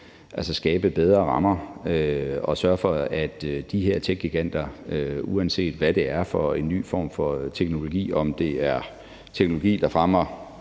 kan skabe bedre rammer og sørge for det i forhold til de her techgiganter, uanset hvad det er for en ny form for teknologi; om det er teknologi, der fremmer